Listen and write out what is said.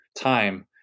Time